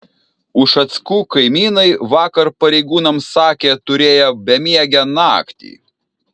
ušackų kaimynai vakar pareigūnams sakė turėję bemiegę naktį